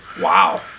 wow